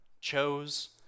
chose